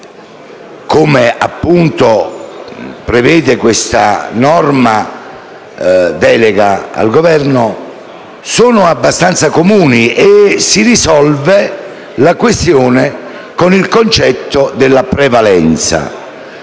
come appunto prevede questa legge delega al Governo, sono abbastanza comuni. Si risolve la questione con il concetto della prevalenza,